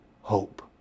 hope